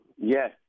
Yes